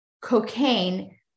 cocaine